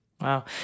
Wow